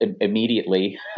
immediately